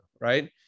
right